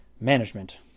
Management